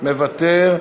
מוותר,